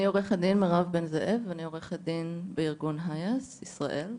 אני עורכת דין בארגון היאס ישראל,